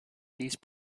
these